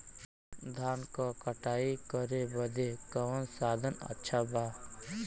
धान क कटाई करे बदे कवन साधन अच्छा बा?